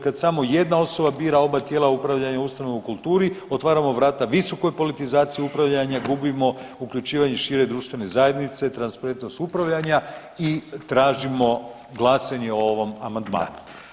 Kad samo jedna osoba bira oba tijela upravljanja ustanova u kulturi otvaramo vrata visokoj politizaciji upravljanja, gubimo uključivanje šire društvene zajednice, transparentnost upravljanja i tražimo glasanje o ovom amandmanu.